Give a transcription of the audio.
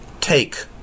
take